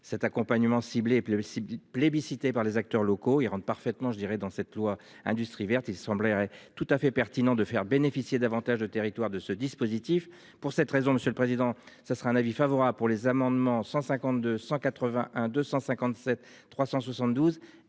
cet accompagnement ciblé plébiscite plébiscité par les acteurs locaux il rentre parfaitement je dirais dans cette loi industrie verte il semblerait tout à fait pertinent de faire bénéficier davantage de territoires de ce dispositif. Pour cette raison monsieur le président, ce sera un avis favorable pour les amendements. 152 181 257 372